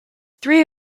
three